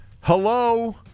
Hello